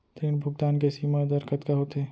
ऋण भुगतान के सीमा दर कतका होथे?